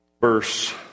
Verse